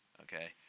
okay